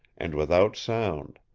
and without sound.